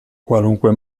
qualunque